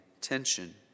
tension